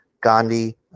gandhi